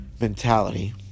Mentality